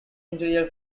interior